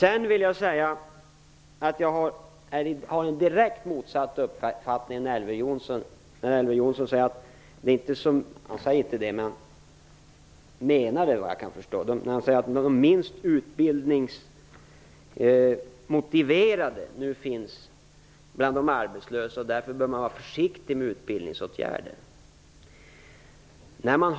Elver Jonsson säger - han säger det inte, men han menar det såvitt jag kan förstå - att de minst utbildningsmotiverade nu finns bland de arbetslösa, och att man därför bör vara försiktig med utbildningsåtgärder. Jag har direkt motsatt uppfattning.